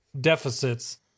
deficits